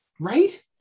right